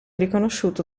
riconosciuto